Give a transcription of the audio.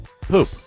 Poop